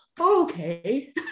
Okay